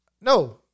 No